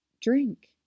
drink